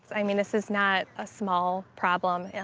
i mean, this is not a small problem. yeah